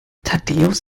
thaddäus